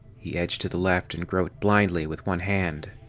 he edged to the left and groped blindly with one hand.